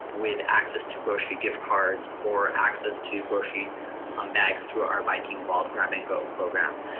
with access to grocery gift cards, or access to grocery um bags through our viking vault grab-n-go program.